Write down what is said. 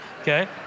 okay